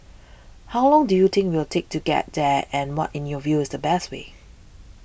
how long do you think we'll take to get there and what in your view is the best way